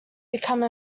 become